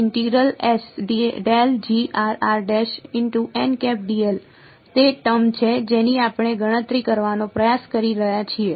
તેથી આ તે ટર્મ છે જેની આપણે ગણતરી કરવાનો પ્રયાસ કરી રહ્યા છીએ